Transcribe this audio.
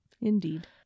Indeed